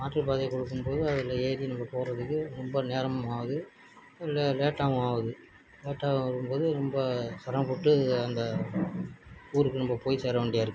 மாற்று பாதையை கொடுக்கும் போது அதில் ஏறி நம்ப போகிறதுக்கு ரொம்ப நேரமும் ஆகுது இல்லை லேட்டாகவும் ஆகுது லேட்டாக ஆகும் போது ரொம்ப சிரமப்பட்டு அந்த ஊருக்கு நம்ப போய் சேர வேண்டியாக இருக்குது